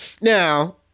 Now